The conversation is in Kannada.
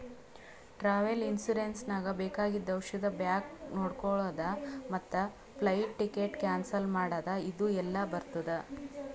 ಟ್ರಾವೆಲ್ ಇನ್ಸೂರೆನ್ಸ್ ನಾಗ್ ಬೇಕಾಗಿದ್ದು ಔಷಧ ಬ್ಯಾಗ್ ನೊಡ್ಕೊಳದ್ ಮತ್ ಫ್ಲೈಟ್ ಟಿಕೆಟ್ ಕ್ಯಾನ್ಸಲ್ ಮಾಡದ್ ಇದು ಎಲ್ಲಾ ಬರ್ತುದ